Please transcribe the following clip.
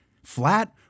Flat